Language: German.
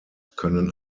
können